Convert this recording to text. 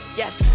yes